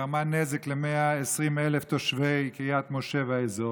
שגרמה נזק ל-120,000 תושבי קריית משה והאזור.